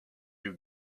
you